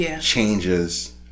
changes